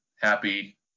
happy